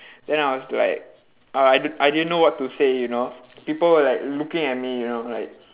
then I was like uh I d~ I didn't know what to say you know people were like looking at me you know like